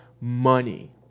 money